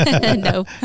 No